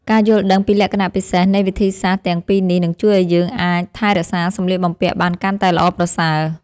ការយល់ដឹងពីលក្ខណៈពិសេសនៃវិធីសាស្ត្រទាំងពីរនេះនឹងជួយឱ្យយើងអាចថែរក្សាសម្លៀកបំពាក់បានកាន់តែល្អប្រសើរ។